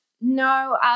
No